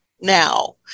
now